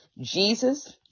Jesus